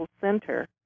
center